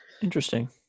Interesting